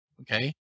Okay